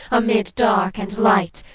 amid dark and light,